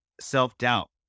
self-doubt